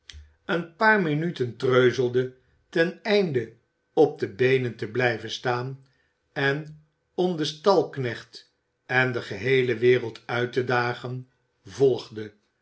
een paar minuten treuzelde ten einde op de beenen te blijven staan en om den stalknecht en de geheele wereld uit te dagen volgde